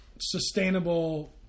sustainable